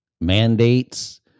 mandates